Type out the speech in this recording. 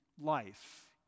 life